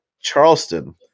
Charleston